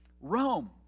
Rome